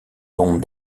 tombe